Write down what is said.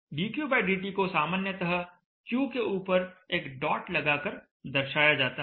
dQdt को सामान्यतः Q के ऊपर एक डॉट लगा कर दर्शाया जाता है